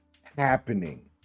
happening